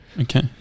Okay